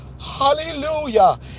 Hallelujah